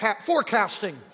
forecasting